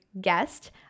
guest